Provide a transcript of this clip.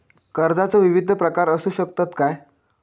कर्जाचो विविध प्रकार असु शकतत काय?